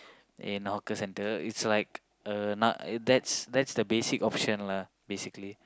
in hawker centre it's like a na~ that's the basic option lah basically